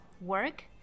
work